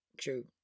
True